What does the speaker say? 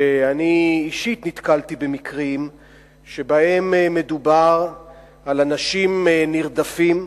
שאני אישית נתקלתי במקרים שבהם מדובר על אנשים נרדפים,